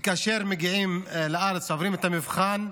וכאשר מגיעים לארץ עוברים את המבחן,